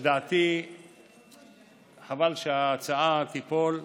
לדעתי חבל שההצעה תיפול.